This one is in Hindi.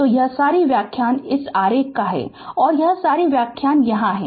तो यह सारी व्याख्या इस आरेख का है और यह सारी व्याख्या यहाँ है